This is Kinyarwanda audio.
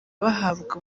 bahabwa